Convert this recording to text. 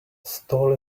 stall